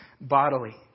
bodily